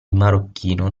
marocchino